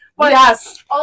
Yes